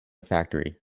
factory